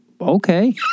okay